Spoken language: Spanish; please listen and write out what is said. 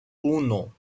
uno